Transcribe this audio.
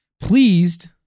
pleased